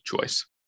choice